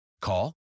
Call